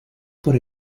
por